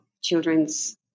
children's